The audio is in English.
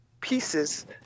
pieces